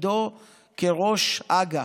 בתפקידו כראש הג"א,